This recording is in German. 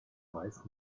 weist